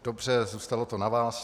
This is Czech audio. Dobře, zůstalo to na vás.